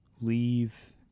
leave